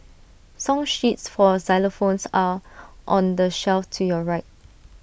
song sheets for xylophones are on the shelf to your right